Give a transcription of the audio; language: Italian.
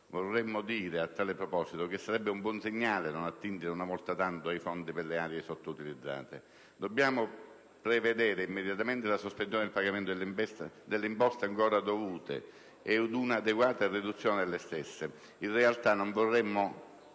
Vorremo dire a tale proposito che sarebbe un buon segnale non attingere una volta tanto ai Fondi per le aree sottoutilizzate. Dobbiamo prevedere immediatamente la sospensione del pagamento delle imposte ancora dovute ed una adeguata riduzione delle stesse. In realtà non vorremmo